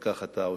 וכך אתה עושה.